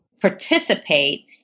participate